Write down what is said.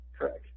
Correct